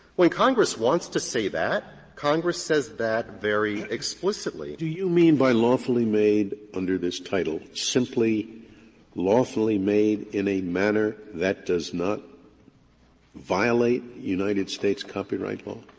when congress wants to say that, congress says that very explicitly. scalia do you mean by lawfully made under this title, simply lawfully made in a manner that does not violate united states copyright law?